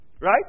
Right